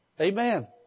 Amen